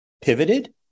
pivoted